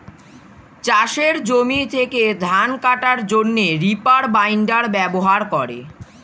চাষের জমি থেকে ধান কাটার জন্যে রিপার বাইন্ডার ব্যবহার করে